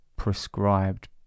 Prescribed